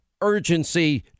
urgency